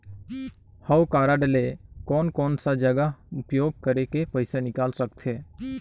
हव कारड ले कोन कोन सा जगह उपयोग करेके पइसा निकाल सकथे?